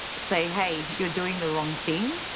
say, hey, you're doing the wrong thing?